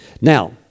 Now